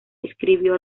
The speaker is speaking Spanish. escribió